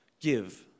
give